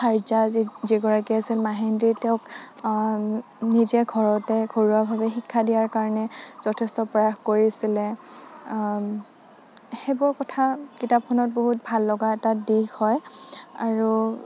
ভায্যা যিগৰাকী আছিল মাহিন্দ্ৰী তেওঁক নিজে ঘৰতে ঘৰুৱাভাৱে শিক্ষা দিয়াৰ কাৰণে যথেষ্ট প্ৰয়াস কৰিছিলে সেইবোৰ কথা কিতাপখনৰ বহুত ভাল লগা এটা দিশ হয় আৰু